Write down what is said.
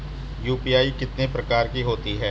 UPI कितने प्रकार की होती हैं?